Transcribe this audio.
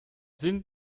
sind